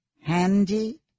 Handy